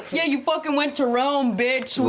yeah you fucking went to rome, bitch,